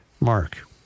Mark